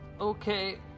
Okay